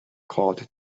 caught